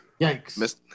Yikes